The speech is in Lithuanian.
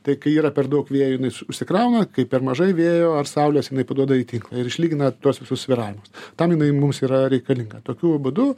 tai kai yra per daug vėjų jinai užsikrauna kaip per mažai vėjo ar saulės jinai paduoda į tinklą ir išlygina tuos visus svyravimus tam jinai mums yra reikalinga tokiu būdu